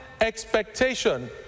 expectation